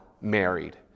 married